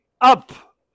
up